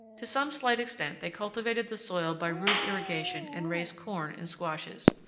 to some slight extent they cultivated the soil by rude irrigation and raised corn and squashes.